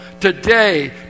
Today